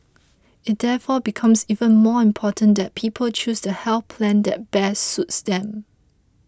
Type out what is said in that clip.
it therefore becomes even more important that people choose the health plan that best suits them